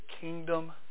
kingdom